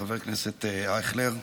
חבר הכנסת אייכלר.